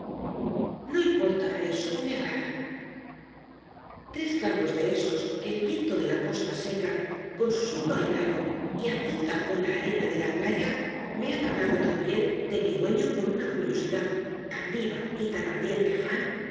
no importa eso me agrada tres cardos de esos que el viento de la costa seca con su soplo airado y azota con la arena de la playa me han hablado también de mi dueño con una curiosidad tan viva y tan ardiente afán